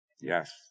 Yes